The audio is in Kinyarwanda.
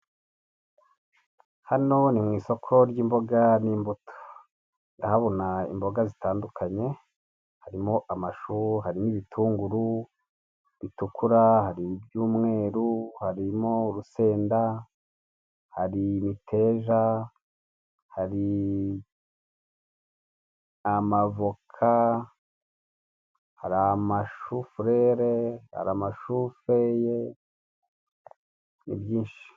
Hano ni mu isoko ry'imboga n'imbuto ndahabona imboga zitandukanye harimo amashu, harimo ibitunguru bitukura hari ibyumweru harimo urusenda, hari imiteja, hari amavoka hari amashufurere hari amashufeye ni byinshi.